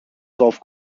golf